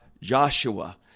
Joshua